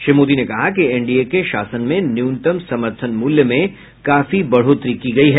श्री मोदी ने कहा कि एनडीए के शासन में न्यूनतम समर्थन मूल्य में काफी बढोतरी की गई है